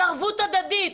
על ערבות הדדית,